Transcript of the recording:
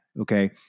okay